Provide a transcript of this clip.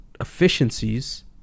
efficiencies